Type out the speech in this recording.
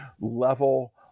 level